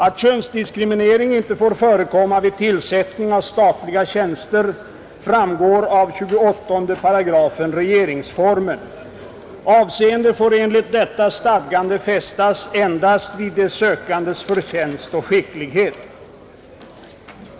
Att könsdiskriminering inte får förekomma vid tillsättning av statliga tjänster framgår av 28 § regeringsformen. Avseende får enligt detta stadgande fästas endast vid de sökandes förtjänst och skicklighet.